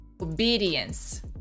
obedience